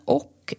och